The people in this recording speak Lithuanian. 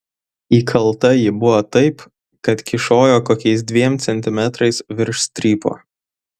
įkalta ji buvo taip kad kyšojo kokiais dviem centimetrais virš strypo